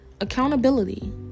accountability